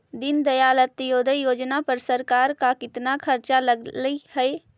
दीनदयाल अंत्योदय योजना पर सरकार का कितना खर्चा लगलई हे